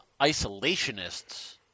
isolationists